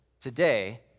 today